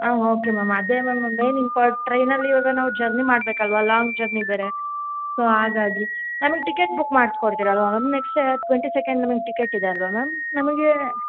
ಆಂ okay ma'am ಅದೇ ma'am main important ಟ್ರೈನಲ್ಲಿ ಇವಾಗ ನಾವು ಜರ್ನಿ ಮಾಡಬೇಕಲ್ವ ಲಾಂಗ್ ಜರ್ನಿ ಬೇರೆ ಸೊ ಹಾಗಾಗಿ ಮ್ಯಾಮ್ ಇದು ಟಿಕೆಟ್ ಬುಕ್ ಮಾಡಿಸ್ಕೊಡ್ತೀರಲ್ವ ಮ್ಯಾಮ್ ನೆಕ್ಸ್ಟ್ ಟ್ವೆಂಟಿ ಸೆಕೆಂಡ್ ನಮ್ಗೆ ಟಿಕೆಟ್ ಇದೆಯಲ್ವಾ ಮ್ಯಾಮ್ ನಮಗೆ